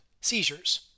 seizures